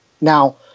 now